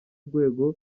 rwego